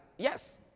Yes